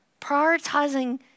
prioritizing